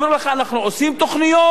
אומרים לך: אנחנו עושים תוכניות,